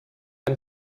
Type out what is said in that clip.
i’m